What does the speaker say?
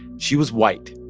she was white.